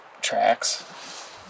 tracks